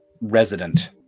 resident